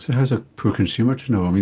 so how's a poor consumer to know? i mean,